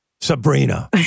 Sabrina